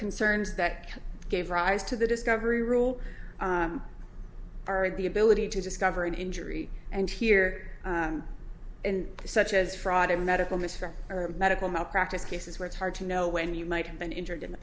concerns that gave rise to the discovery rule are the ability to discover an injury and here and such as fraud a medical mystery or medical malpractise cases where it's hard to know when you might have been injured in the